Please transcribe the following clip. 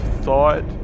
thought